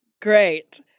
Great